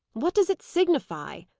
what does it signify?